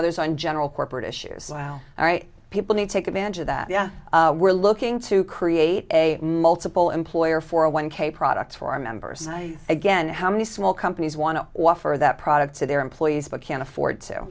others on general corporate issues well people need to take advantage of that yeah we're looking to create a multiple employer for a one k products for our members and i again how many small companies want to offer that product to their employees but can't afford to